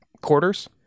quarters